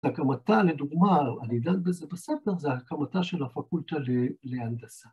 ‫הקמתה, לדוגמה, אני דן בזה בספר, ‫זו הקמתה של הפקולטה להנדסה.